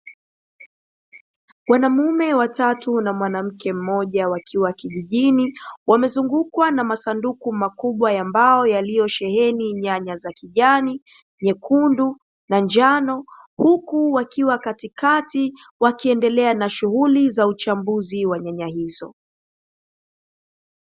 Wanaume watatu na mwanamke mmoja wakiwa kijijini, wamezungukwa na masanduku makubwa ya mbao yaliyosheheni nyanya za:kijani, nyekundu na njano; huku wakiwa katikati wakiendelea na shughuli za uchambuzi wa nyanya hizo.